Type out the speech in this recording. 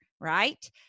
right